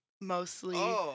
mostly